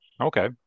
Okay